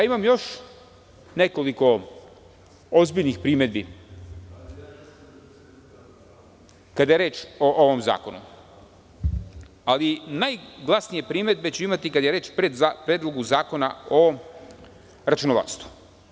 Imam još nekoliko ozbiljnih primedbi kada je reč o ovom zakonu, ali najglasnije primedbe ću imati kada je reč o Predlogu zakona o računovodstvu.